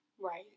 Right